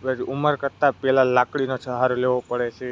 તમારી ઉંમર કરતાં પહેલાં લાકડીનો સહારો લેવો પડે છે